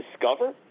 discover